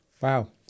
Wow